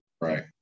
right